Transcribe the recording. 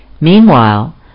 Meanwhile